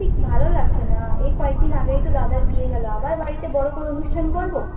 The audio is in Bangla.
ঠিক ভালো লাগছে না এই কয়েকদিন আগেই তো দাদার বিয়ে গেল আবার বাড়িতে বড় করে অনুষ্ঠান করবো